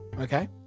okay